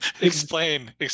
explain